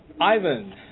Ivan